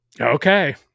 Okay